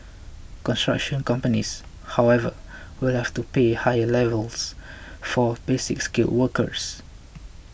construction companies however will have to pay higher levies for Basic Skilled workers